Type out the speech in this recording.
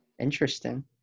Interesting